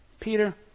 Peter